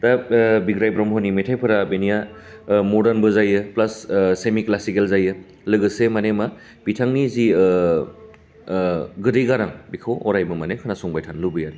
दा बिग्राय ब्रह्मनि मेथाइफोरा बिनिया मडार्नबो जायो प्लास सेमि क्लासिकेल जायो लोगोसे माने मा बिथांनि जि गोदै गारां बेखौ अरायबो माने खोनासंबाय थानो लुबैयो आरोखि